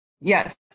Yes